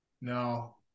No